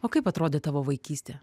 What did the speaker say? o kaip atrodė tavo vaikystė